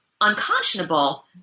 unconscionable